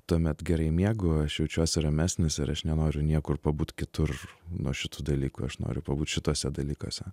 tuomet gerai miegu aš jaučiuosi ramesnis ir aš nenoriu niekur pabūt kitur nuo šitų dalykų aš noriu pabūt šituose dalykuose